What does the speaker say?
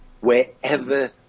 wherever